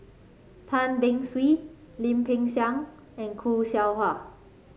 Tan Beng Swee Lim Peng Siang and Khoo Seow Hwa